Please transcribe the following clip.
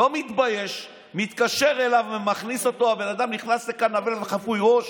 לא מתבייש: מתקשר אליו ומכניס אותו והבן אדם נכנס לכאן אבל וחפוי ראש.